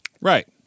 Right